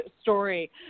story